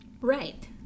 Right